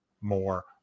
more